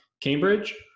Cambridge